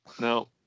No